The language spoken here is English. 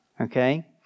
okay